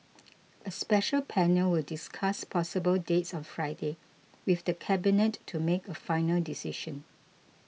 a special panel will discuss possible dates on Friday with the Cabinet to make a final decision